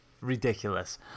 Ridiculous